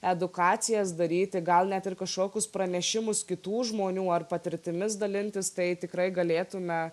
edukacijas daryti gal net ir kažkokius pranešimus kitų žmonių ar patirtimis dalintis tai tikrai galėtume